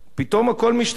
הכול משתנה.